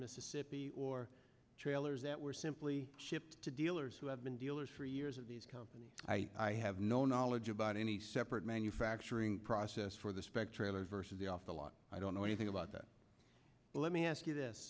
mississippi or trailers that were simply shipped to dealers who have been dealers for years of these companies i have no knowledge about any separate manufacturing process for the spec trailers versus the off the lot i don't know anything about that but let me ask you this